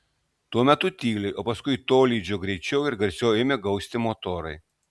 tuo metu tyliai o paskui tolydžio greičiau ir garsiau ėmė gausti motorai